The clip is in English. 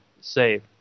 save